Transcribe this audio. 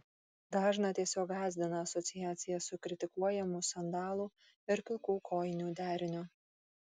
dažną tiesiog gąsdina asociacija su kritikuojamu sandalų ir pilkų kojinių deriniu